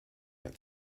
had